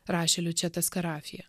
rašė liučeta skarafija